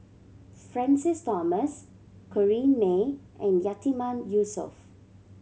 Francis Thomas Corrinne May and Yatiman Yusof